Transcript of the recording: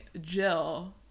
Jill